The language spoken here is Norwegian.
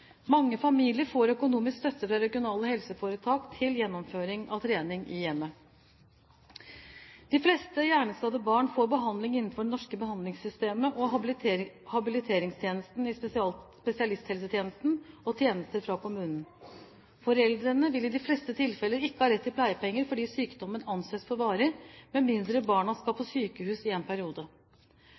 Mange familier får økonomisk støtte fra regionale helseforetak til gjennomføring av trening i hjemmet. De fleste hjerneskadde barn får behandling innenfor det norske behandlingssystemet og habiliteringstjenesten i spesialisthelsetjenesten og tjenester fra kommunen. Foreldrene vil i de fleste tilfeller ikke ha rett til pleiepenger fordi sykdommen anses for varig, med mindre barna skal på sykehus i en periode.